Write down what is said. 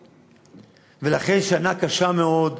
ולכן, שנה קשה מאוד,